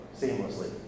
seamlessly